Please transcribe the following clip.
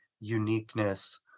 uniqueness